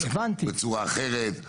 בצורה אחרת.